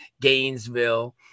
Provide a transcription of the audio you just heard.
Gainesville